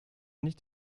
nicht